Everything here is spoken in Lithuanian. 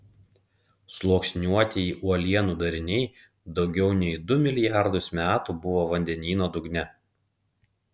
sluoksniuotieji uolienų dariniai daugiau nei du milijardus metų buvo vandenyno dugne